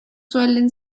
suelen